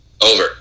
Over